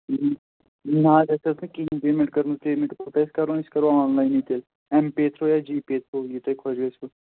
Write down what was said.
نا حظ اَسہِ حظ چھَنہٕ کِہیٖنٛۍ پیمیٚنٛٹ کٔرمٕژ پیمیٚنٛٹ اگر أسۍ کَرو أسۍ کَرو آن لاینٕے تیٚلہِ ایم پے تھرٛوٗ یا جی پے تھرٛوٗ یہِ تۄہہِ خۄش گَژھوٕ